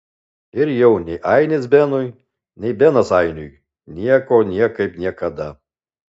ir jau nei ainis benui nei benas ainiui nieko niekaip niekada